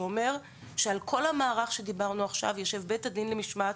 זה אומר שבכל המערך של בית הדין למשמעת